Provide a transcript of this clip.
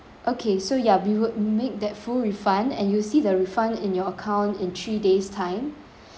okay so ya we would make that full refund and you'll see the refund in your account in three days time